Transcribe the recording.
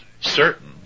certain